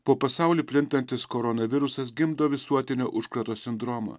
po pasaulį plintantis koronavirusas gimdo visuotinio užkrato sindromą